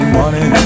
money